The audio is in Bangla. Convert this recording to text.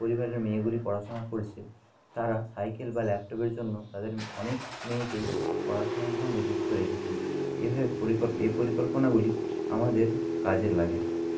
পরিবারের মেয়েগুলি পড়াশোনো করছে তারা সাইকেল বা ল্যাপটপের জন্য তাদের অনেক মেয়েকেই পড়াশোনার সঙ্গে যুক্ত রেখেছেন এইভাবে এই পরিকল্পনাগুলি আমাদের কাজে লাগে